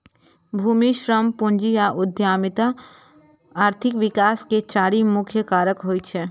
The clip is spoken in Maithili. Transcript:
भूमि, श्रम, पूंजी आ उद्यमिता आर्थिक विकास के चारि मुख्य कारक होइ छै